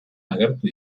agertu